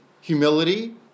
humility